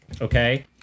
okay